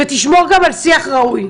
ותשמור גם על שיח ראוי.